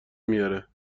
میاره